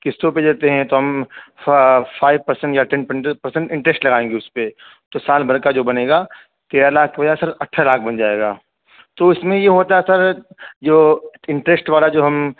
قسطوں پہ لیتے ہیں تو ہم فائیو پرسنٹ یا ٹین پرسنٹ انٹرسٹ لگائیں گے اس پہ پھر سال بھر کا جو بنے گا تیرہ لاکھ کے بجائے سر اٹھارا لاکھ بن جائے گا تو اس میں یہ ہوتا ہے سر جو انٹرسٹ والا جو ہم